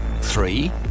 Three